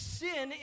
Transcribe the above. sin